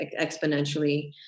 exponentially